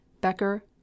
Becker